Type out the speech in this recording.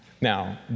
Now